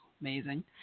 Amazing